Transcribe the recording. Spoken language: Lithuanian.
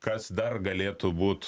kas dar galėtų būti